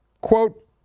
Quote